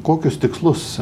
kokius tikslus